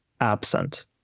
absent